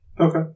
Okay